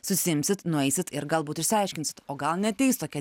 susiimsit nueisit ir galbūt išsiaiškinsit o gal neateis tokia